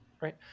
right